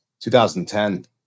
2010